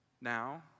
now